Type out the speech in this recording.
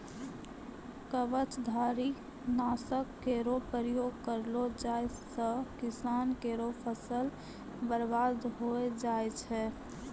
कवचधारी? नासक केरो प्रयोग करलो जाय सँ किसान केरो फसल बर्बाद होय जाय छै